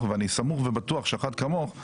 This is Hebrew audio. ואני סמוך ובטוח שאחת כמוך,